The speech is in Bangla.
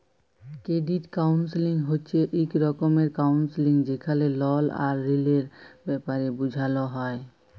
ক্রেডিট কাউল্সেলিং হছে ইক রকমের কাউল্সেলিং যেখালে লল আর ঋলের ব্যাপারে বুঝাল হ্যয়